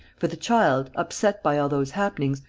for the child, upset by all those happenings,